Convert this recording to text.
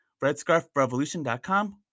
RedScarfRevolution.com